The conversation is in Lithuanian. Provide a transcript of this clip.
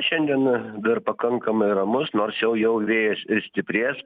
šiandien dar pakankamai ramus nors jau jau vėjas ir stiprės